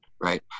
right